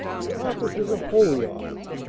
the office is a holy office,